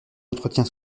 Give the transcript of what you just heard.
entretien